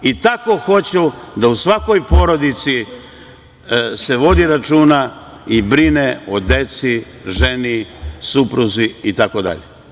I tako hoću da u svakoj porodici se vodi računa i brine o deci, ženi, supruzi itd.